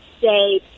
say